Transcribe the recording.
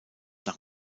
nach